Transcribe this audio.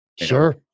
sure